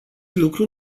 lucru